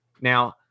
Now